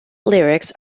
lyrics